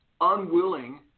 unwilling